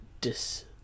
dis